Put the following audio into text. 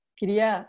Queria